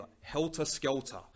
helter-skelter